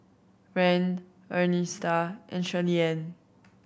Rand Ernestina and Shirleyann